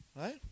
Right